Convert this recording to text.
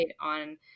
on